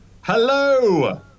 hello